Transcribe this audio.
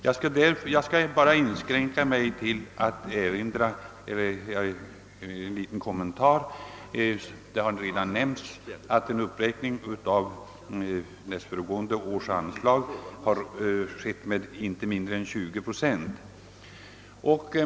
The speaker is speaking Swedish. Jag skall inskränka mig till en liten kommentar. Det har redan nämnts att en uppräkning av nästföregående års anslag har skett med inte mindre än 20 procent.